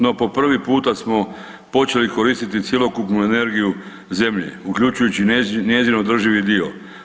No po prvi puta smo počeli koristiti cjelokupnu energiju zemlje uključujući njezin održivi dio.